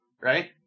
right